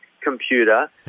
computer